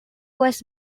was